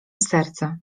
serce